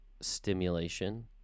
stimulation